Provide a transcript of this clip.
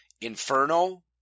Inferno